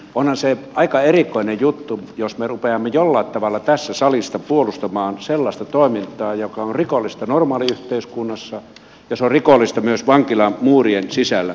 onhan se aika erikoinen juttu jos me rupeamme jollain tavalla tässä salissa puolustamaan sellaista toimintaa joka on rikollista normaaliyhteiskunnassa ja se on rikollista myös vankilan muurien sisällä